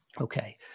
Okay